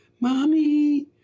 Mommy